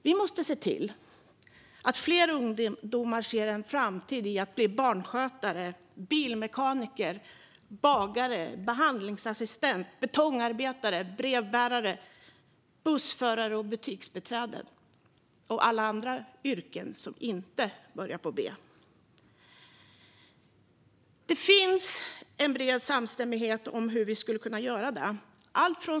Vi måste se till att fler ungdomar ser en framtid i att bli barnskötare, bilmekaniker, bagare, behandlingsassistent, betongarbetare, brevbärare, bussförare och butiksbiträde - och alla andra yrken som inte börjar på B. Det finns en bred samstämmighet om hur vi skulle kunna göra detta.